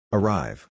Arrive